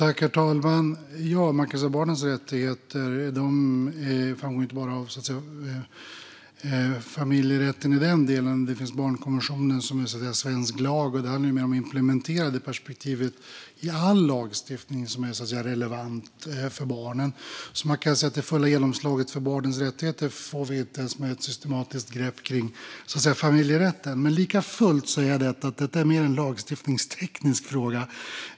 Herr talman! Barnens rättigheter framgår ju inte bara av familjerätten i den delen. Vi har också barnkonventionen, som är svensk lag. Det handlar mer om att implementera det perspektivet i all lagstiftning som är relevant för barnen. Det fulla genomslaget för barnens rättigheter får vi alltså inte ens med ett systematiskt grepp om familjerätten. Likafullt säger jag att detta mer är en lagstiftningsteknisk fråga.